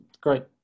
great